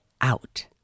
out